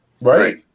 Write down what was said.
Right